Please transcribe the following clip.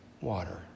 water